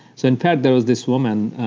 so, in fact, there was this woman,